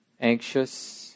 anxious